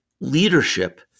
leadership